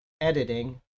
editing